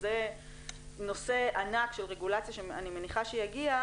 שזה נושא ענק של רגולציה שאני מניחה שיגיע,